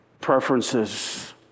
preferences